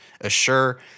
assure